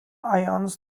ions